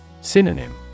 Synonym